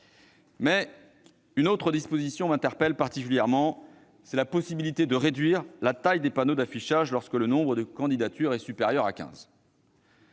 Une autre disposition m'interpelle particulièrement : la possibilité de réduire la taille des panneaux d'affichage lorsque le nombre de candidatures est supérieur à